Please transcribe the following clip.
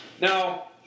Now